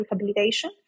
rehabilitation